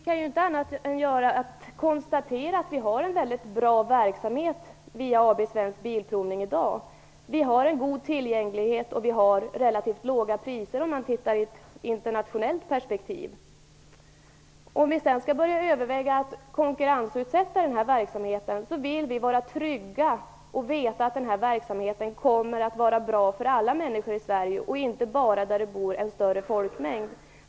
Fru talman! Vi kan inte göra annat än att konstatera att vi har en väldigt bra verksamhet i dag i AB Svensk Bilprovning. Vi har god tillgänglighet, och vi har relativt låga priser om man ser det i ett internationellt perspektiv. Skall vi börja överväga att konkurrensutsätta denna verksamhet, vill vi vara trygga och veta att den kommer att bli bra för alla människor i Sverige, och inte bara på ställen där det bor en större folkmängd.